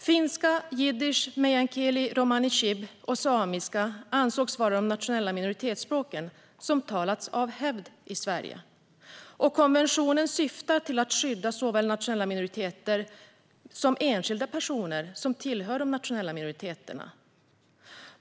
Finska, jiddisch, meänkieli, romani chib och samiska ansågs av hävd vara de nationella minoritetsspråk som talas i Sverige. Konventionen syftar till att skydda såväl nationella minoriteter som enskilda personer som tillhör nationella minoriteter.